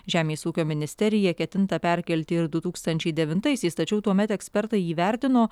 žemės ūkio ministeriją ketinta perkelti ir du tūkstančiai devintaisiais tačiau tuomet ekspertai įvertino